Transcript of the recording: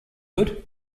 good